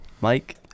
Mike